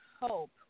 hope